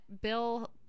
Bill